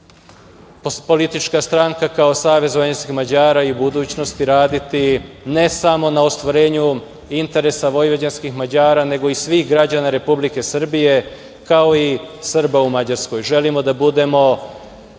politička stranka, kao SVM, i u budućnosti raditi ne samo na ostvarenju interesa vojvođanskih Mađara, nego i svih građana Republike Srbije, kao i Srba u Mađarskoj. Želimo da budemo